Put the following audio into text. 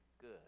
good